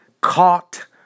caught